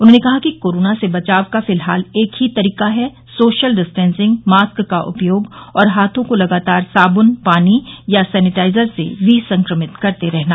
उन्होंने कहा कि कोरोना से बचाव का फिलहाल एक ही तरीका है सोशल डिस्टेंसिंग मास्क का उपयोग और हाथों को लगातार साबुन पानी या सैनिटाइजर से विसंक्रमित करते रहना